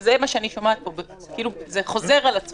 זה מה שאני שומעת פה, זה חוזר על עצמו.